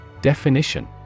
Definition